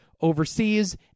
overseas